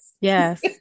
Yes